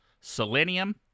selenium